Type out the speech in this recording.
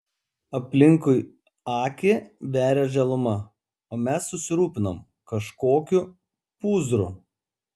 aplinkui akį veria žaluma o mes susirūpinom kažkokiu pūzru